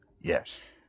Yes